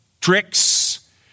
tricks